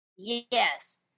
Yes